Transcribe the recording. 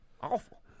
Awful